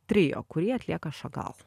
trio kurį atlieka šagal